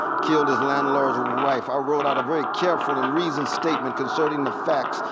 killed his landlord's wife. i wrote out a very careful and reasoned statement concerning the facts,